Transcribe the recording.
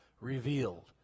revealed